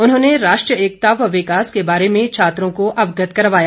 उन्होंने राष्ट्रीय एकता व विकास के बारे में छात्रों को अवगत करवाया